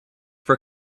for